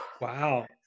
Wow